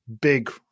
big